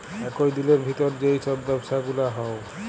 একই দিলের ভিতর যেই সব ব্যবসা গুলা হউ